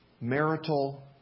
marital